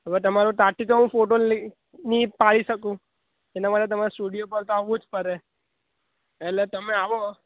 અને તમારો ત્યાંથી તો હું તમારો ફોટો નહિ પાડી શકું એના માટે તમારે સ્ટુડિયો પર તો આવવું જ પડે એટલે તમે આવો